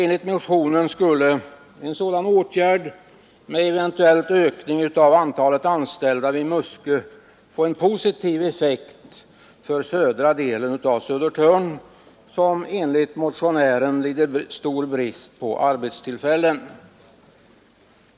Enligt motionen skulle en sådan åtgärd med eventuell åtföljande ökning av antalet anställda vid Muskö få en positiv effekt för södra delen av Södertörn, som enligt motionären lider stor brist på arbetstillfällen.